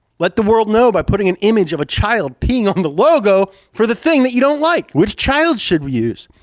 let the world know by putting an image of a child peeing on the logo for the thing that you don't like. which child should we use?